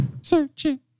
Searching